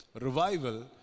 Revival